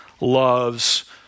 loves